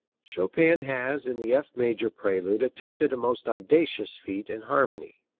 chopin has in the f major prelude attempted a most audacious feat in harmony.